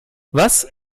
was